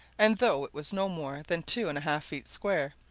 and though it was no more than two and a half feet square,